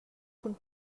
cun